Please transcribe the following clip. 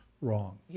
wrong